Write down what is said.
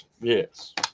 Yes